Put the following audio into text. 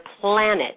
planet